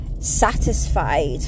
satisfied